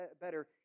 better